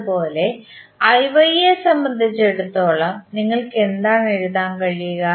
അതുപോലെ യെ സംബന്ധിച്ചിടത്തോളം നിങ്ങൾക്ക് എന്താണ് എഴുതാൻ കഴിയുക